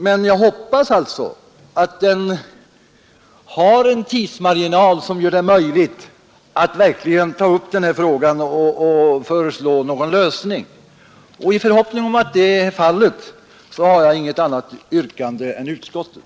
Men jag hoppas att den har en tidsmarginal som gör det möjligt att verkligen ta upp den här frågan och föreslå någon lösning I förhoppning om att det är fallet har jag inget annat yrkande än utskottet